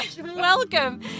Welcome